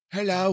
Hello